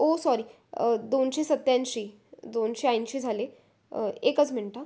ओ sorry दोनशे सत्त्याऐंशी दोनशे ऐंशी झाले एकच मिनट हां